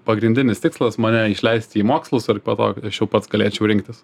pagrindinis tikslas mane išleisti į mokslus ir po to kad aš jau pats galėčiau rinktis